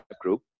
group